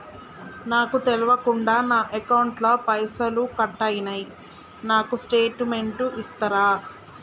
నాకు తెల్వకుండా నా అకౌంట్ ల పైసల్ కట్ అయినై నాకు స్టేటుమెంట్ ఇస్తరా?